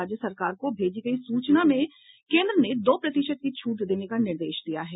राज्य सरकार को भेजी गयी सूचना में केन्द्र ने दो प्रतिशत की छूट देने का निर्देश दिया है